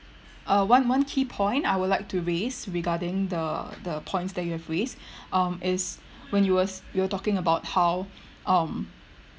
uh one one key point I would like to raise regarding the the points that you have raised um is when you was you were talking about how um